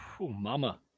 Mama